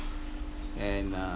and uh